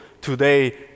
today